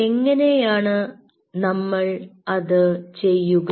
എങ്ങനെയാണ് നമ്മൾ അത് ചെയ്യുക